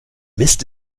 mist